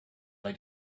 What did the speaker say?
that